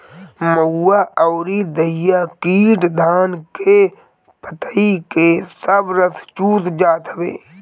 महुआ अउरी दहिया कीट धान के पतइ के सब रस चूस जात हवे